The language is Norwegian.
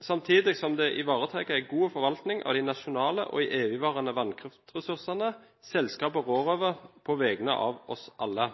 samtidig som det ivaretar en god forvaltning av de nasjonale og evigvarende vannkraftressursene selskapet rår over på vegne av oss alle.